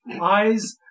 eyes